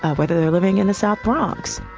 ah whether they're living in the south bronx